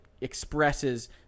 expresses